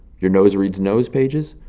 your nose reads nose pages,